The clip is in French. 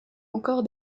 encore